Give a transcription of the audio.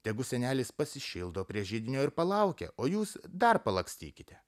tegu senelis pasišildo prie židinio ir palaukia o jūs dar palakstykite